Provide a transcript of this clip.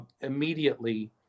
immediately